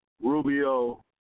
Rubio